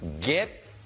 Get